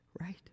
right